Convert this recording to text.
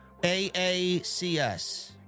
AACS